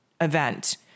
event